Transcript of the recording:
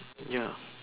ya